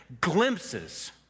Glimpses